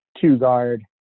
two-guard